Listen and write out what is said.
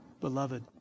beloved